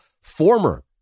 former